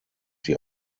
sie